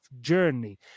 journey